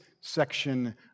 section